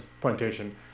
plantation